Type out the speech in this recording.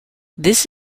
this